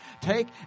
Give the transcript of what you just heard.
Take